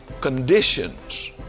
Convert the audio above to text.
conditions